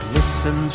Listen